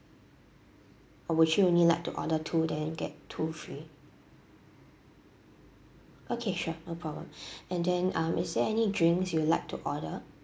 or would you only like to order two then get two free okay sure no problem and then um is there any drinks you would like to order